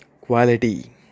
Quality